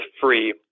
free